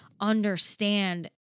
understand